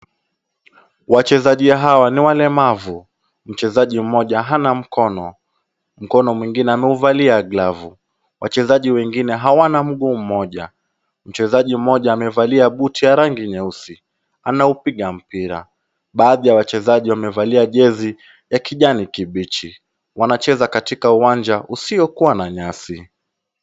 Wachezaji hawa ni walemavu. Mchezaji mmoja hana mkono. Mkono mwingine ameuvalia glavu. Wachezaji wengine hawana mguu mmoja. Mchezaji mmoja amevalia buti ya rangi nyeusi. Anaupiga mpira. Baadhi ya wachezaji wamevalia jesi ya kijani kibichi. Wanacheza katika uwanja usiokuwa na nyasi.